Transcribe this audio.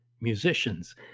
musicians